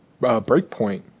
Breakpoint